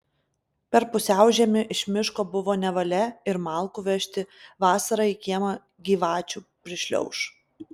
per pusiaužiemį iš miško buvo nevalia ir malkų vežti vasarą į kiemą gyvačių prišliauš